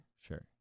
sure